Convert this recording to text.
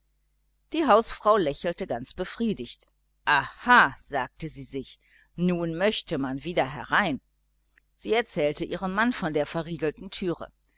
die hausfrau lächelte ganz befriedigt aha sagte sie sich nun möchte man wieder herein sie erzählte ihrem mann von der verriegelten türe